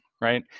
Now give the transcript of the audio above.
right